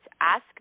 Ask